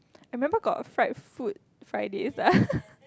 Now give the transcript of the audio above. I remember got fried food Fridays ah